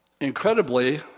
incredibly